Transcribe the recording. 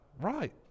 Right